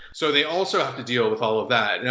so they also have to deal with all of that. yeah